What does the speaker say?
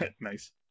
nice